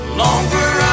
longer